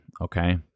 Okay